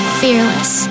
fearless